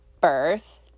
birth